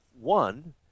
One